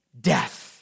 death